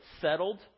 settled